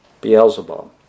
Beelzebub